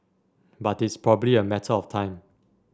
but it's probably a matter of time